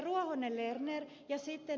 ruohonen lerner ja ed